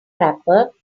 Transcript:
wrapper